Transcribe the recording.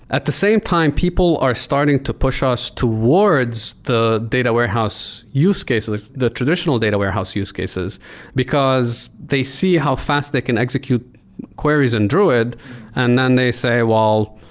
at the same time, people are starting to push us towards the data warehouse use cases, the traditional data warehouse use cases because they see how fast they can execute queries in druid and then they say, well,